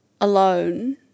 alone